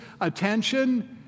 attention